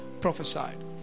prophesied